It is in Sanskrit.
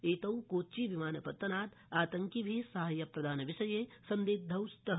एतौ कोच्चि विमान तनात् आतङ्किभ्य साहाप्यप्रदान विषये सान्दिग्धौ स्तः